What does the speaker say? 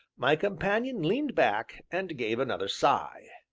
my companion leaned back, and gave another sigh.